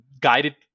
guided